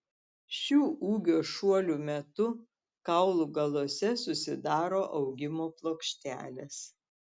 šių ūgio šuolių metu kaulų galuose susidaro augimo plokštelės